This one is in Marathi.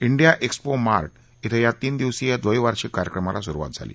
इंडिया एक्स्पो मार्ट इथं या तीन दिवसीय द्वैवार्षिक कार्यक्रमाला सुरुवात झाली